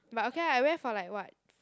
but okay lah I wear for like what